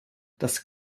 das